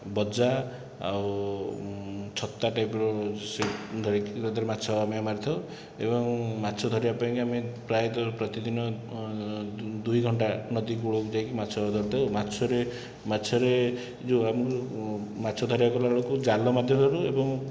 ବଜା ଆଉ ଛତା ଟାଇପର ଧରିକି ତା' ଦେହରେ ମାଛ ଆମେ ମାରିଥାଉ ଏବଂ ମାଛ ଧରିବା ପାଇଁକି ଆମେ ପ୍ରାୟତଃ ପ୍ରତିଦିନ ଦୁଇଘଣ୍ଟା ନଦୀକୂଳକୁ ଯାଇକି ମାଛ ଧରିଥାଉ ମାଛରେ ମାଛରେ ଯେଉଁ ଆମକୁ ମାଛ ଧରିବାକୁ ଗଲାବେଳକୁ ଜାଲ ମଧ୍ୟ ଧରୁ ଏବଂ